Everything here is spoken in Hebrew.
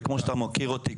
וכמו שאתה מכיר אותי,